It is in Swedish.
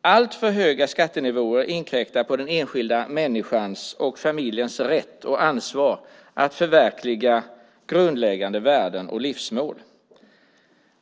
Alltför höga skattenivåer inkräktar på den enskilda människans och familjens rätt och ansvar att förverkliga grundläggande värden och livsmål.